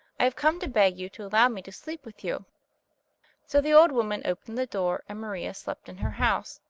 i have come to beg you to allow me to sleep with you so the old woman opened the door and maria slept in her house.